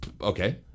Okay